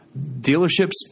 Dealerships